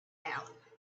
held